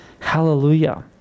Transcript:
Hallelujah